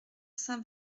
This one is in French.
saint